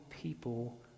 people